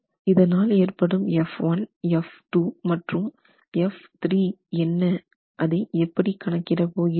இதனால் ஏற்படும் F1F2 மற்றும் F3 என்ன அதை எப்படி கணக்கிடு போகிறோம்